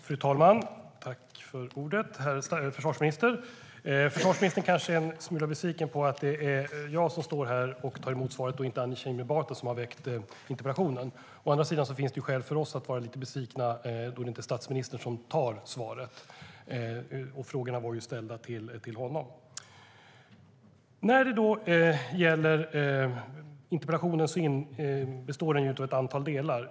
Fru talman! Herr försvarsminister! Försvarsministern kanske är en smula besviken på att det är jag som tar emot svaret och inte Anna Kinberg Batra, som väckt interpellationen. Å andra sidan finns det skäl för oss att vara lite besvikna då det inte är statsministern som lämnar svaret. Frågorna var ju ställda till honom. När det gäller interpellationen består den av ett antal delar.